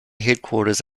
headquarters